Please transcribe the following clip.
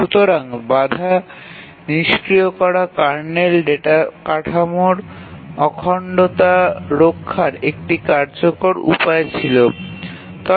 সুতরাং kernel data কাঠামোর অখণ্ডতা রক্ষা করার জন্য বাধা নিষ্ক্রিয় করা হল একটি প্রয়োজনীয় উপায়